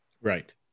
Right